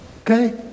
okay